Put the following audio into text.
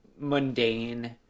mundane